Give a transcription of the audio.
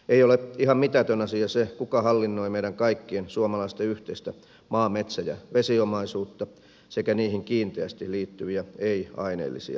ei ole ihan mitätön asia se kuka hallinnoi meidän kaikkien suomalaisten yhteistä maa metsä ja vesiomaisuutta sekä niihin kiinteästi liittyviä ei aineellisia oikeuksia